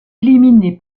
éliminé